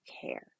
care